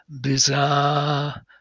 bizarre